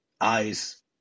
eyes